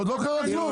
עוד לא קרה כלום.